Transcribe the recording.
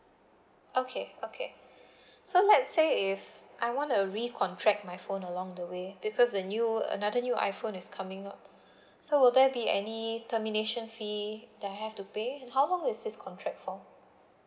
okay okay so let's say if I wanna recontract my phone along the way because the new another new iPhone is coming up so will there be any termination fee that I have to pay and how long is this contract for